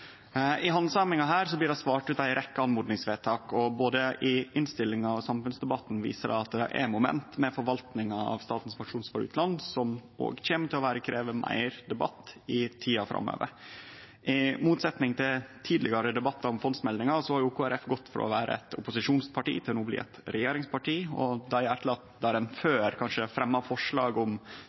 I denne handsaminga blir det svart ut ei rekkje oppmodingsvedtak, og både innstillinga og samfunnsdebatten viser at det er moment ved forvaltninga av Statens pensjonsfond utland som kjem til å krevje meir debatt i tida framover. I motsetnad til i tidlegare debattar om fondsmeldingar har jo Kristeleg Folkeparti gått frå å vere eit opposisjonsparti til no å bli eit regjeringsparti, og der ein før kanskje fremja forslag